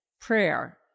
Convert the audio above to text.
prayer